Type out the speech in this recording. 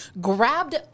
grabbed